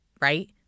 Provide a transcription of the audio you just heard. right